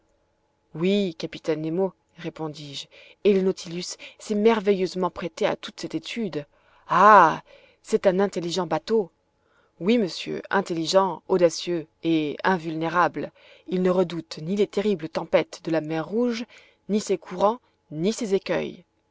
oui capitaine nemo répondis-je et le nautilus s'est merveilleusement prêté à toute cette étude ah c'est un intelligent bateau oui monsieur intelligent audacieux et invulnérable il ne redoute ni les terribles tempêtes de la mer rouge ni ses courants ni ses écueils